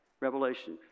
Revelation